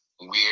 weird